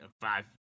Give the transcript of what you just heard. five